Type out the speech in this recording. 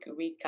recap